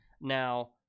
Now